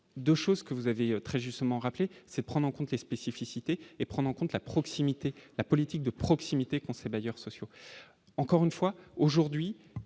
de choses que vous avez très justement rappelé, c'est prendre en compte les spécificités et prendre en compte la proximité, la politique de proximité, conseil, bailleurs sociaux, encore une fois, aujourd'hui